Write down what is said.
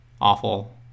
awful